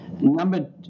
Number